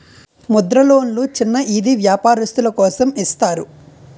ముద్ర లోన్లు చిన్న ఈది వ్యాపారస్తులు కోసం ఇస్తారు